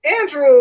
Andrew